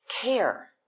care